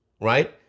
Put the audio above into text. right